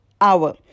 hour